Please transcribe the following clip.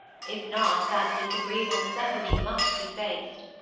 if not, that disagreeable necessity must be faced.